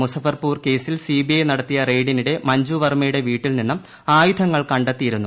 മുസഫർപൂർ കേസിൽ സിബിഐ നടത്തിയ റെയ്ഡിനിടെ മഞ്ജു വർമ്മയുടെ വീട്ടിൽ നിന്നും ആയുധങ്ങൾ കണ്ടെത്തിയിരുന്നു